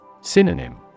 Synonym